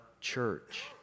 church